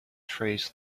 trays